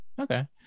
Okay